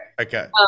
Okay